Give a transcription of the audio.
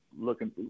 Looking